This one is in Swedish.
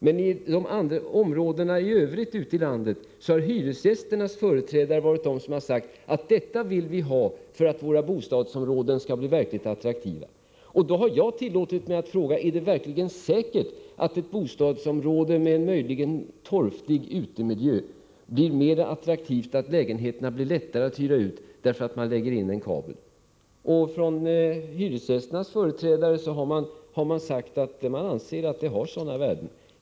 Men i andra områden ute i landet har hyresgästernas företrädare varit de som har förklarat att man vill ha kabelsystem för att bostadsområdena skall bli verkligt attraktiva. Då har jag tillåtit mig att fråga: Är det verkligen säkert att ett bostadsområde med en möjligen torftig utemiljö blir mer attraktivt och att lägenheterna blir lättare att hyra ut, om man lägger in en kabel? Hyresgästernas företrädare har sagt att det har sådana värden.